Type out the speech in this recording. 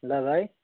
ल भाइ